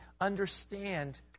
understand